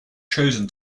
chosen